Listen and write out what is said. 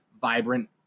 vibrant